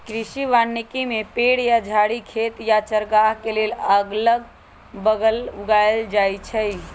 कृषि वानिकी में पेड़ या झाड़ी खेत या चारागाह के अगल बगल उगाएल जाई छई